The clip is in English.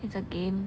it's a game